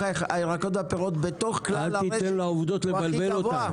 הירקות והפירות בתוך כלל הוא הכי גבוה,